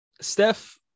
Steph